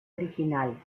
original